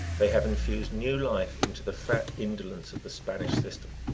they have infused new life into the fat indolence of the spanish system.